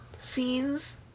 scenes